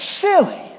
silly